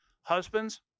Husbands